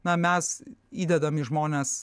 na mes įdedam į žmones